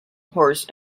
horse